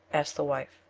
asked the wife.